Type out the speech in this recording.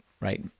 right